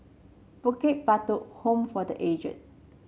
Bukit Batok Home for The Aged